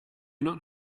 not